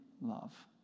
love